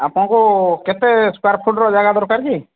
ଆପଣଙ୍କୁ କେତେ ସ୍କୋୟାର୍ ଫୁଟ୍ର ଜାଗା ଦରକାର କି